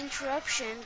interruption